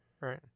Right